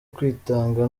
kwitanga